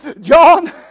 John